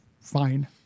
fine